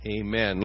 amen